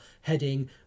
heading